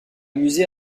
musée